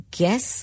guess